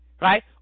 right